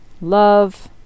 love